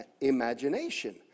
imagination